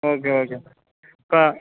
okay okay க